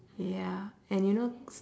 ya and you know